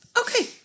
Okay